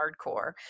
hardcore